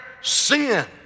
sin